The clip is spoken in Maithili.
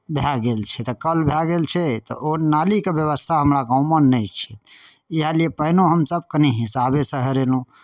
भए गेल छै तऽ कल भए गेल छै तऽ ओ नालीके व्यवस्था हमरा गाँवमे नहि छै इएह लिए पानिओ हमसभ कनि हिसाबेसँ हरेलहुँ